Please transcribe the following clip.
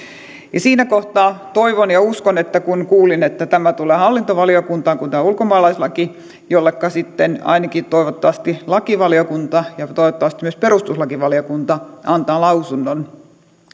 ja siinä kohtaa toivon ja uskon kuulin että tämä tulee hallintovaliokuntaan kun tämä on ulkomaalaislaki jolleka toivottavasti ainakin lakivaliokunta ja toivottavasti myös perustuslakivaliokunta antavat lausunnon